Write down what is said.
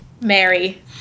Mary